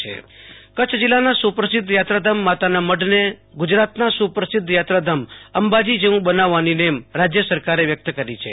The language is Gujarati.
આશુતોષ અંતાણી કચ્છઃ માતાનામઢ યાત્રાધામ વિકાસ કચ્છ જિલ્લાના સુપ્રસિધ્ધ યાત્રાધામ માતાનામઢને ગુજરાતના સુપ્રસિધ્ધ યાત્રાધામ અંબાજી જેવું બનાવવાની નેમ રાજ્ય સરકારે વ્યક્ત કરી છે